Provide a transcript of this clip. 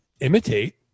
imitate